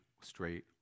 straight